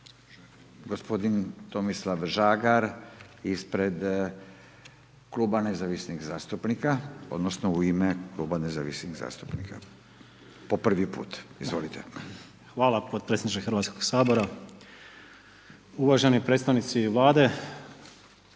gospodin Tomislav Žagar ispred kluba Nezavisnih zastupnika odnosno u ime kluba Nezavisnih zastupnika. **Žagar, Tomislav (Nezavisni)** Hvala potpredsjedniče HS-a. Uvaženi predstavnici Vlade,